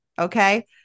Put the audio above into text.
Okay